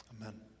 Amen